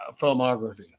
filmography